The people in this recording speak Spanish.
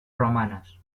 romanas